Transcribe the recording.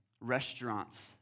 restaurants